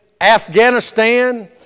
Afghanistan